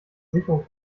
sicherung